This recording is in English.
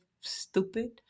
stupid